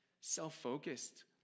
self-focused